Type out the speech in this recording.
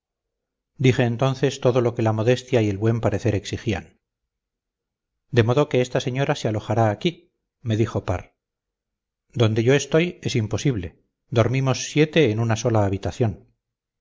dije entonces todo lo que la modestia y el buen parecer exigían de modo que esta señora se alojará aquí me dijo parr donde yo estoy es imposible dormimos siete en una sola habitación